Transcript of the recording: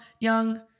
young